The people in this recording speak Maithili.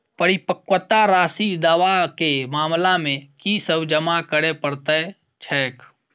परिपक्वता राशि दावा केँ मामला मे की सब जमा करै पड़तै छैक?